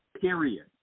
period